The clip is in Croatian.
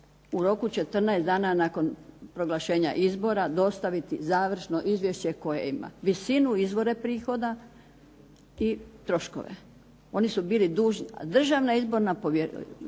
u roku 14 dana nakon proglašenja izbora dostaviti završno izvješće koje ima visinu i izvore prihoda i troškove. Oni su bili dužni, a Državna izborno povjerenstvo